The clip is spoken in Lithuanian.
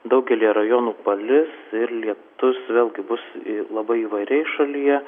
daugelyje rajonų palis ir lietus vėlgi bus labai įvairiai šalyje